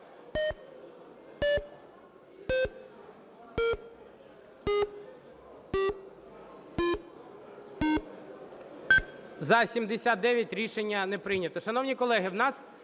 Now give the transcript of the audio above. За-79 Рішення не прийнято.